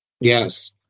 Yes